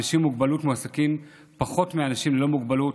אנשים עם מוגבלות מועסקים פחות מאנשים ללא מוגבלות